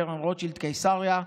קרן רוטשילד קיסריה,